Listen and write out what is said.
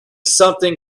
something